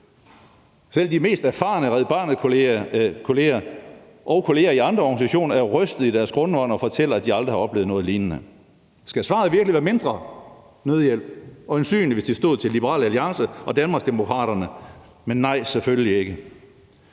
Selv de mest erfarne Red Barnet-kolleger og kolleger i andre organisationer er rystede i deres grundvold og fortæller, at de aldrig har oplevet noget lignende. Skal svaret virkelig være mindre nødhjælp? Øjensynlig, hvis det stod til Liberal Alliance og Danmarksdemokraterne. Men nej, selvfølgelig ikke.